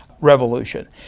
revolution